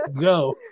Go